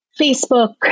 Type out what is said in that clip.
Facebook